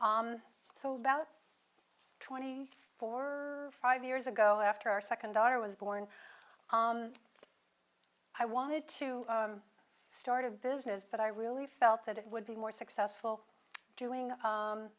clay so about twenty four or five years ago after our second daughter was born i wanted to start a business but i really felt that it would be more successful doing